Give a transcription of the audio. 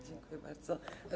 Dziękuję bardzo.